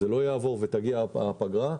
זה לא יעבור ותגיע הפגרה,